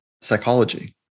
psychology